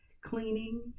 cleaning